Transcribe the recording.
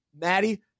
Maddie